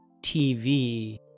TV